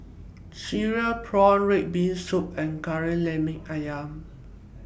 Cereal Prawns Red Bean Soup and Kari Lemak Ayam